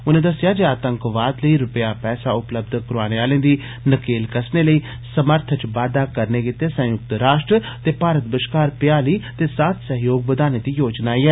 उनें दस्सेया जे आतंकवाद लेई रपेया पैसा उपलब्ध कराने आलें दी नकैल कस्सने लेई समर्थ च बाद्दा करने गितै संयुक्त राष्ट्र ते भारत बश्कार भ्याली ते साथ सहयोग बघाने दी योजना ऐ